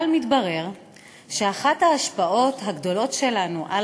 אבל מתברר שאחת ההשפעות הגדולות שלנו על